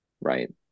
Right